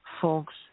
folks